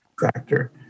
factor